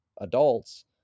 adults